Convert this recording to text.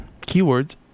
keywords